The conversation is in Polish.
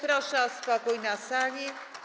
Proszę o spokój na sali.